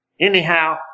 Anyhow